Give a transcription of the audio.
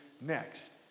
next